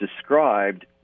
described